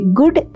good